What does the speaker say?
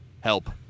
Help